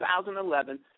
2011